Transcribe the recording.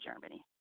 Germany